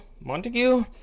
Montague